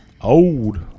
old